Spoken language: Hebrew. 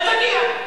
אל תגיע.